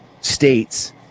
states